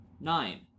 Nine